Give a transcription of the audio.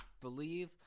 believe